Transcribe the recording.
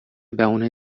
بهونه